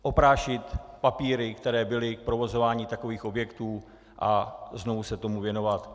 Oprášit papíry, které byly k provozování takových objektů, a znovu se tomu věnovat.